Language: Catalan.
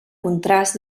contrast